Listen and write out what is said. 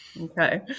Okay